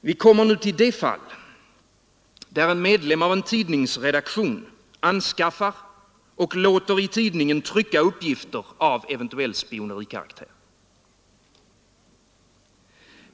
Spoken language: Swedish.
Vi kommer nu till det fall, där en medlem av en tidningsredaktion anskaffar och låter i tidningen trycka uppgifter av eventuell spionerikaraktär.